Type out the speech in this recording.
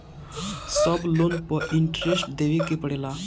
सब लोन पर इन्टरेस्ट देवे के पड़ेला?